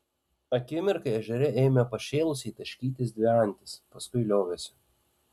akimirkai ežere ėmė pašėlusiai taškytis dvi antys paskui liovėsi